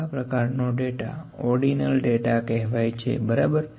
આ પ્રકારનો data ordinal data કહેવાય છે બરાબર